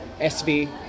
SV